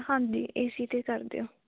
ਹਾਂਜੀ A C 'ਤੇ ਕਰ ਦਿਓ